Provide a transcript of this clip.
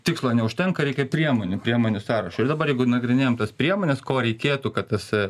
tikslo neužtenka reikia priemonių priemonių sąrašo ir dabar jeigu nagrinėjam tas priemones ko reikėtų kad tas a